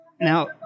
Now